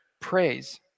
praise